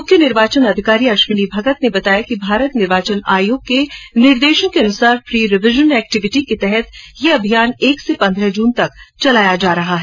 मुख्य निर्वाचन अधिकारी अश्विनी भगत ने बताया कि भारत निर्वाचन आयोग के निर्देशों के अनुसार प्री रिवीजन एक्टीविटी के अंतर्गत यह अभियान एक से पन्द्रह जून तक चलाया जा रहा है